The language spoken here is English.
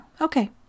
Okay